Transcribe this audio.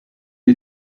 die